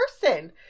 person